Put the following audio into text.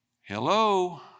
Hello